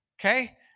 Okay